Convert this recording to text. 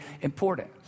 important